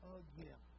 again